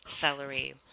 celery